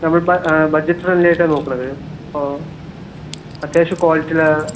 നമ്മൾ bud budget friendly ആയിട്ടാണ് നോക്കണത് ഇപ്പോൾ അത്യാവശ്യം ക്വാളിറ്റി ഉള്ള